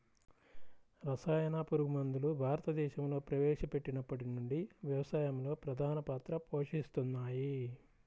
రసాయన పురుగుమందులు భారతదేశంలో ప్రవేశపెట్టినప్పటి నుండి వ్యవసాయంలో ప్రధాన పాత్ర పోషిస్తున్నాయి